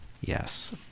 yes